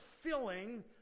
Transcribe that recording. filling